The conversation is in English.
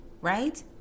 Right